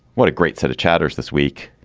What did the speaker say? what a great set of chatters this week.